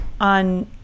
on